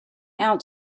out